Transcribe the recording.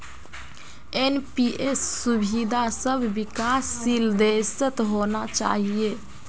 NPS सुविधा सब विकासशील देशत होना चाहिए